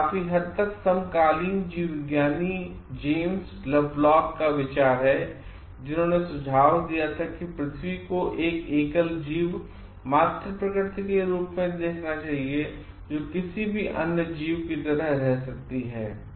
यह काफी हद तक समकालीन जीवविज्ञानी जेम्स लवलॉक का विचार है जिन्होंने सुझाव दिया था कि पृथ्वी को एक एकल जीव मातृ प्रकृति के रूप में देखा जाना चाहिए जो किसी भी अन्य जीव की तरह रह सकती है